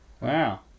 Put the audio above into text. Wow